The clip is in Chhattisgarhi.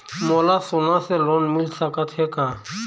मोला सोना से लोन मिल सकत हे का?